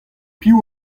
piv